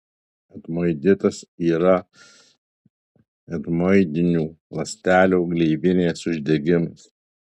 etmoiditas yra etmoidinių ląstelių gleivinės uždegimas